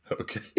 Okay